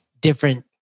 different